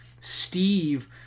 Steve